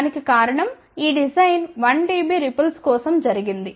దానికి కారణం ఈ డిజైన్ 1 డిబి రిపుల్స్ కోసం జరిగింది